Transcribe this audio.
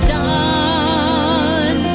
done